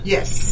Yes